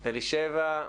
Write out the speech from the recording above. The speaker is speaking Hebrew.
אלישבע?